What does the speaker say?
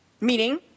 Meaning